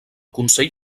consell